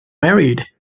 married